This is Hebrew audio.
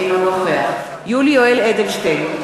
אינו נוכח יולי יואל אדלשטיין,